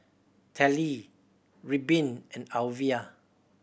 Tallie Reubin and Alyvia